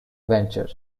venture